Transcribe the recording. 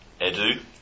Edu